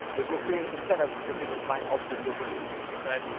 which will create an incentive for people to find alternative fuels but,